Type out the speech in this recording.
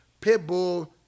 Pitbull